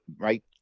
right